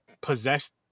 possessed